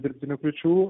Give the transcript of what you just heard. dirbtinių kliūčių